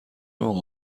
موقع